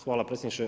Hvala predsjedniče.